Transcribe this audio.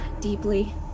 deeply